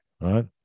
Right